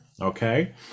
okay